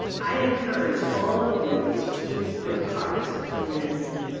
i encourage all of you to keep your heart in medicine.